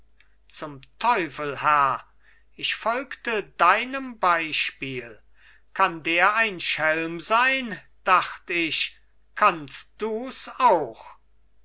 zum teufel herr ich folgte deinem beispiel kann der ein schelm sein dacht ich kannst dus auch